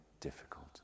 difficult